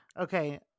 Okay